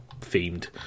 themed